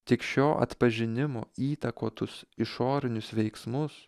tik šio atpažinimo įtakotus išorinius veiksmus